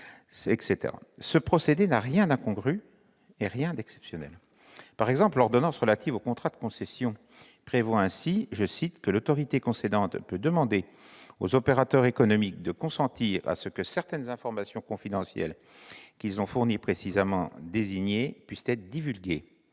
Ce procédé n'a rien d'incongru ni d'exceptionnel. L'ordonnance relative aux contrats de concession prévoit ainsi que « l'autorité concédante peut demander aux opérateurs économiques de consentir à ce que certaines informations confidentielles qu'ils ont fournies, précisément désignées, puissent être divulguées